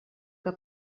que